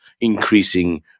increasing